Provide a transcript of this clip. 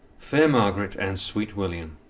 fair margaret and sweet william